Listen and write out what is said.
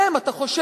מהם אתה חושש.